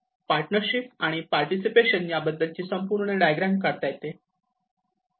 partnership आणि participation याबद्दलची संपूर्ण डायग्राम काढता येते